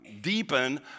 deepen